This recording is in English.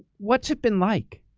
what's it been like?